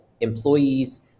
employees